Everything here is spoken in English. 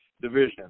division